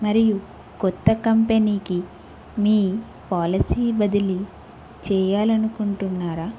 మరియు కొత్త కంపెనీకి మీ పాలసీ బదిలి చేయాలనుకుంటున్నారా